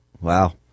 Wow